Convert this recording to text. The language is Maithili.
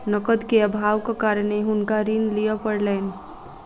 नकद के अभावक कारणेँ हुनका ऋण लिअ पड़लैन